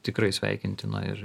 tikrai sveikintina ir